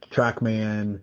Trackman